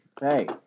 Hey